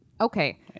okay